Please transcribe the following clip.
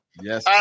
Yes